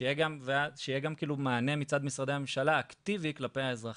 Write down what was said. שיהיה גם מענה אקטיבי מצד משרדי הממשלה כלפי האזרחים,